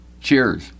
cheers